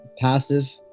passive